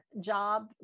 job